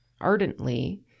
ardently